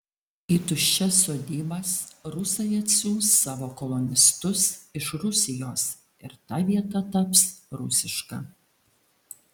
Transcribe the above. į tuščias sodybas rusai atsiųs savo kolonistus iš rusijos ir ta vieta taps rusiška